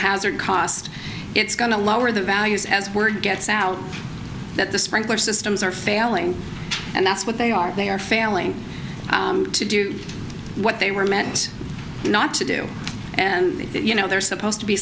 hazard cost it's going to lower the values as word gets out that the sprinkler systems are failing and that's what they are they are failing to do what they were meant not to do and that you know they're supposed to be